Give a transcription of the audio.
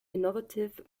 innovative